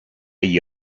gli